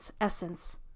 essence